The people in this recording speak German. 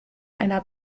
einer